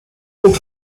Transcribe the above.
comme